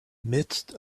midst